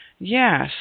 Yes